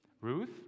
ruth